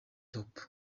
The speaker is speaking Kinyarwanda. top